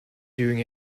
doing